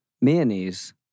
mayonnaise